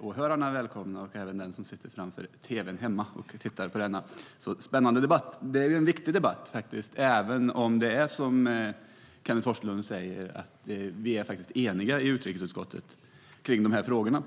åhörarna på läktaren välkomna, liksom dem som sitter framför tv:n hemma och tittar på denna spännande debatt. Det är en viktig debatt, även om vi som Kenneth G Forslund sade är eniga i utrikesutskottet om de här frågorna.